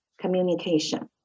communication